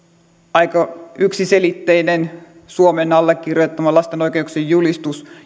aika yksiselitteinen suomen allekirjoittama lasten oikeuksien julistus